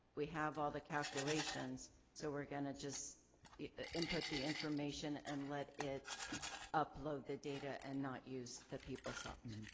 we have all the calculations so we're gonna just input the information and let it upload the data and not use the peoplesoft.